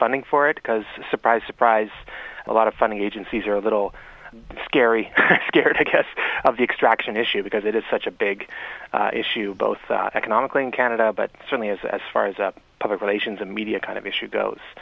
funding for it because surprise surprise a lot of funding agencies are a little scary scary because of the extraction issue because it is such a big issue both economically in canada but certainly is as far as a public relations and media kind of issue goes